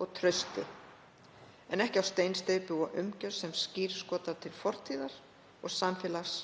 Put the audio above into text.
og trausti en ekki á steinsteypu og umgjörð sem skírskotar til fortíðar og samfélags